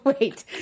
Wait